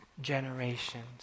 generations